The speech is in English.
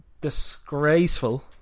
disgraceful